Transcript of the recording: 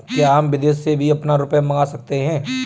क्या हम विदेश से भी अपना रुपया मंगा सकते हैं?